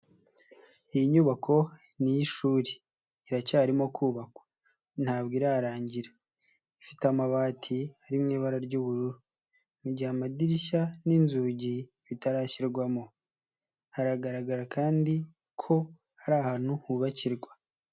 Iyi nyubako ni iy’ishuri. Iracyarimo kubakwa, ntabwo irarangira. Ifite amabati ari mu ibara ry’ubururu, mu gihe amadirishya n’inzugi bitarashyirwamo. Hagaragara kandi ko hari ahantu hubakirwa.